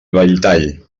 belltall